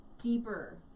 Deeper